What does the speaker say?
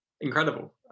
incredible